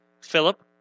Philip